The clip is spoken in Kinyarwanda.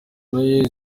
nayo